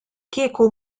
kieku